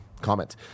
comment